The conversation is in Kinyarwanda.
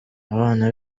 abana